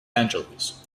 angeles